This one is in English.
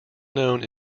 known